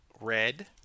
red